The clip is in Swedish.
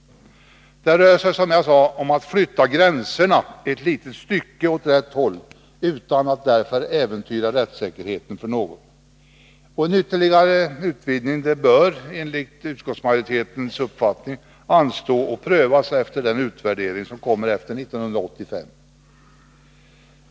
Det rör sig, som jag sade, om att flytta gränserna ett litet stycke åt rätt håll utan att därför äventyra rättssäkerheten för någon. En ytterligare utvidgning bör enligt utskottets uppfattning anstå och prövas efter den utvärdering som kommer efter 1985.